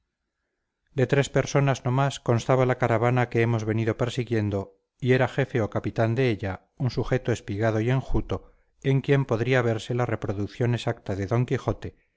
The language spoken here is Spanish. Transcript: de tres personas no más constaba la caravana que hemos venido persiguiendo y era jefe o capitán de ella un sujeto espigado y enjuto en quien podría verse la reproducción exacta de d quijote